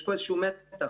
יש איזשהו מתח,